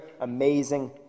amazing